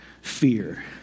fear